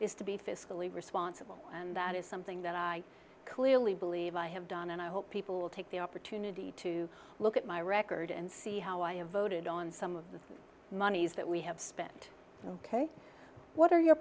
is to be fiscally responsible and that is something that i clearly believe i have done and i hope people will take the opportunity to look at my record and see how i have voted on some of the monies that we have spent ok what are your